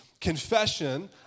Confession